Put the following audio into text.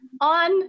on